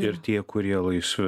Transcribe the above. ir tie kurie laisvi